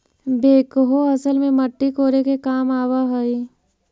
backhoe असल में मट्टी कोड़े के काम आवऽ हई